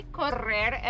correr